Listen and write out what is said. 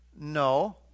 No